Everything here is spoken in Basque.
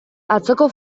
atzoko